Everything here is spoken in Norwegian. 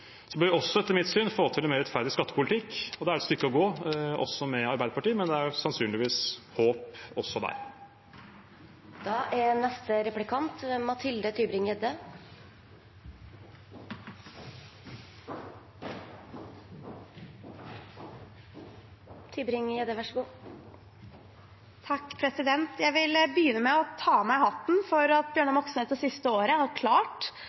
Så bør vi også etter mitt syn få til en mer rettferdig skattepolitikk, og da er det et stykke å gå, også med Arbeiderpartiet. Men det er sannsynligvis håp også der. Jeg vil begynne med å ta av meg hatten for at Bjørnar Moxnes det siste året har klart